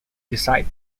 decide